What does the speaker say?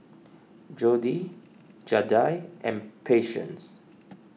Jodi Zaida and Patience